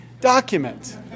document